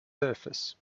surface